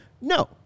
No